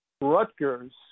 Rutgers